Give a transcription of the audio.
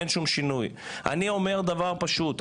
אני אומר דבר פשוט,